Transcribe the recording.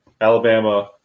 Alabama